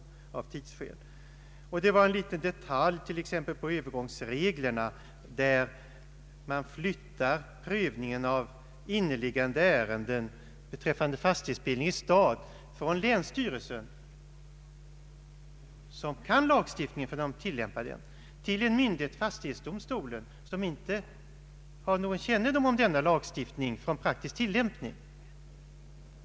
Jag syftar också på en liten detalj i övergångsreglerna, enligt vilka man flyttar prövningen av inneliggande ärenden beträffande fastighetsbildning i stad från länsstyrelsen — som kan lagstiftningen, eftersom den tilllämpar densamma — till en myndighet, fastighetsdomstolen, som inte har någon kännedom om denna lagstiftning från praktisk tillämpning.